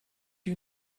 you